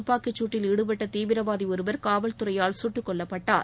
துப்பாக்கிச் சூட்டில் ஈடுபட்ட தீவிரவாதி ஒருவர் காவல்துறையால் சுட்டுக் கொல்லப்பட்டார்